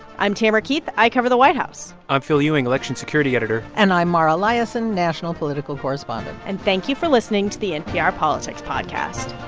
i'm tamara keith. i cover the white house i'm phil ewing, election security editor and i'm mara liasson, national political correspondent and thank you for listening to the npr politics podcast